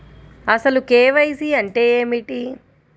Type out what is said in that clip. అసలు కే.వై.సి అంటే ఏమిటి?